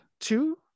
Two